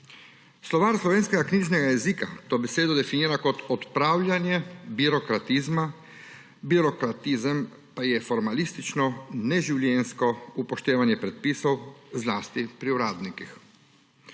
Slovar slovenskega knjižnega jezika to besedo definira kot odpravljanje birokratizma, birokratizem pa je formalistično, neživljenjsko upoštevanje predpisov, zlasti pri uradnikih.